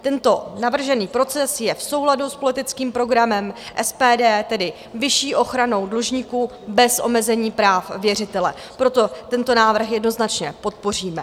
Tento navržený proces je v souladu s politickým programem SPD, tedy vyšší ochranou dlužníků bez omezení práv věřitele, proto tento návrh jednoznačně podpoříme.